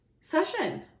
session